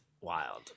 wild